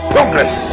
Progress